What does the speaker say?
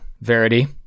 Verity